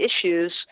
issues